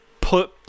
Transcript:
put